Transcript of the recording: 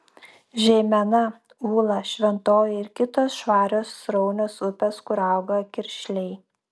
žeimena ūla šventoji ir kitos švarios sraunios upės kur auga kiršliai